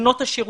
בנות השירות,